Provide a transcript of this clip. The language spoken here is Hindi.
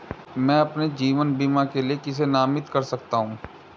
मैं अपने जीवन बीमा के लिए किसे नामित कर सकता हूं?